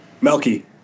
Melky